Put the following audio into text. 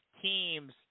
Teams